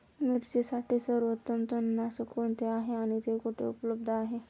मिरचीसाठी सर्वोत्तम तणनाशक कोणते आहे आणि ते कुठे उपलब्ध आहे?